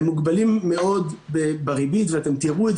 הם מוגבלים מאוד בריבית ואתם תראו את